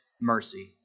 mercy